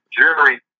jury